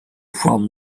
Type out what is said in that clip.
from